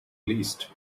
least